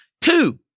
two